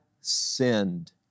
sinned